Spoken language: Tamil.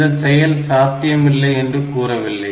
இந்த செயல் சாத்தியமல்ல என்று கூறவில்லை